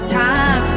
time